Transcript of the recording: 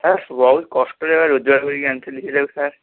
sir ବହୁତ କଷ୍ଟରେ ଏକା ରୋଜଗାର କରିକି ଆଣିଥିଲି ସେଇଟାକୁ ସାର୍